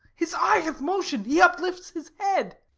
his eye hath motion. he uplifts his head.